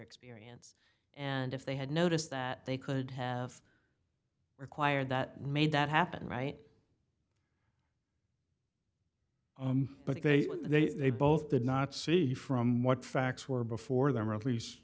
experience and if they had noticed that they could have required that made that happen right but they they both did not see from what facts were before them or at least